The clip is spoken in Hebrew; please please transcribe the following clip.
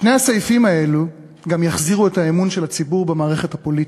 שני הסעיפים האלו גם יחזירו את האמון של הציבור במערכת הפוליטית,